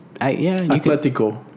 Atletico